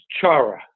Chara